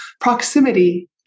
Proximity